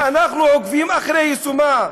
ואנחנו עוקבים אחרי יישומה.